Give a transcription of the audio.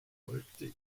folgte